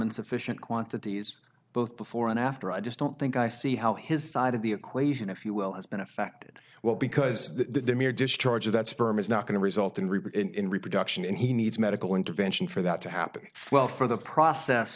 and sufficient quantities both before and after i just don't think i see how his side of the equation if you will has been affected well because the mere discharge of that sperm is not going to result in reaper in reproduction and he needs medical intervention for that to happen well for the process